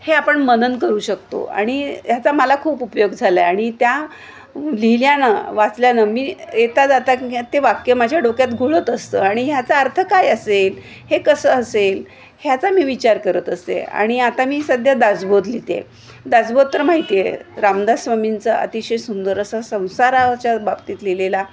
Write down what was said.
हे आपण मनन करू शकतो आणि ह्याचा मला खूप उपयोग झाला आहे आणि त्या लिहिल्यानं वाचल्यानं मी येता जाता की ते वाक्य माझ्या डोक्यात घोळत असतं आणि ह्याचा अर्थ काय असेल हे कसं असेल ह्याचा मी विचार करत असते आणि आता मी सध्या दासबोध लिहिते आहे दासबोध तर माहिती आहे रामदासस्वामींचा अतिशय सुंदर असा संसाराच्या बाबतीत लिहिलेला